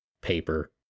paper